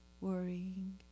worrying